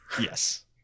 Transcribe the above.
Yes